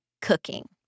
cooking